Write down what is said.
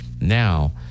Now